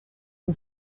who